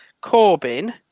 Corbin